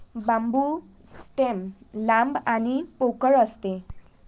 बांबू stem लांब आणि पोकळ असते